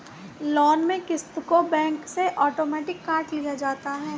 loan में क़िस्त को बैंक से आटोमेटिक काट लिया जाता है